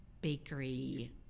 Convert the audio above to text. bakery